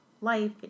life